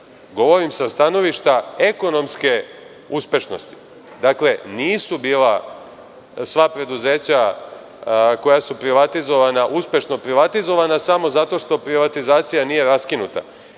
Govorim sa stanovišta ekonomske uspešnosti. Dakle, nisu bila sva preduzeća, koja su privatizovana, uspešno privatizovana samo zato što privatizacija nije raskinuta.